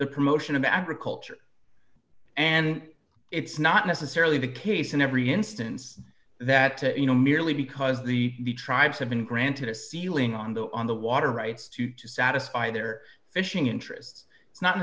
the promotion of agriculture and it's not necessarily the case in every instance that you know merely because the tribes have been granted a ceiling on the on the water rights to satisfy their fishing interests